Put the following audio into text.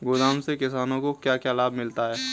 गोदाम से किसानों को क्या क्या लाभ मिलता है?